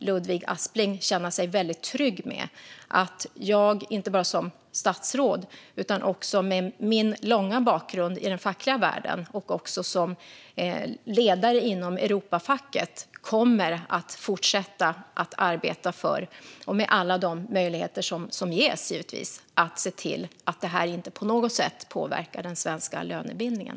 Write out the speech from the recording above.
Ludvig Aspling kan känna sig väldigt trygg med att jag inte bara som statsråd utan också med min långa bakgrund i den fackliga världen och som ledare inom Europafacket kommer att fortsätta att arbeta för att, med alla de möjligheter som ges, se till att det här inte på något sätt påverkar den svenska lönebildningen.